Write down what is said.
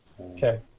Okay